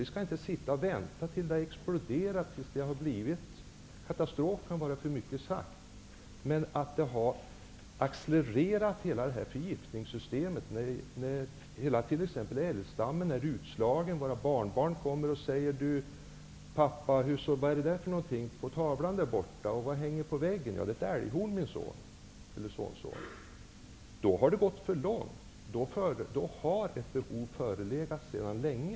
Vi skall inte sitta och vänta tills allt har exploderat, tills hela förgiftningssystemet har accelererat, tills älgstammen är utslagen. Våra barnbarn kommer kanske och säger: Vad är det på tavlan där borta? Vad är det som hänger på väggen? --Det är ett älghorn, min sonson. Då har det gått för långt. Då har ett behov förelegat sedan länge.